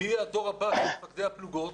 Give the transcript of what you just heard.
מי יהיה הדור הבא של מפקדי הפלוגות?